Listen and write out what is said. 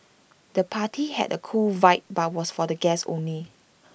the party had A cool vibe but was for the guests only